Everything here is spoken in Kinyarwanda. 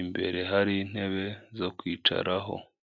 imbere hari intebe zo kwicaraho.